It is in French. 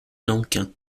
nankin